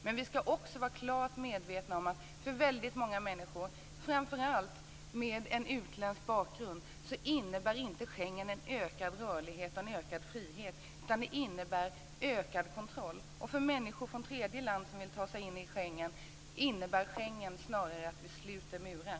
Men vi ska också vara klart medvetna om att för väldigt många människor, framför allt för dem som har en utländsk bakgrund, innebär inte Schengenavtalet en ökad rörlighet och en ökad frihet, utan det innebär ökad kontroll. För människor från tredje land som vill ta sig in i EU innebär Schengenavtalet snarare att vi reser murar.